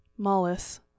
mollus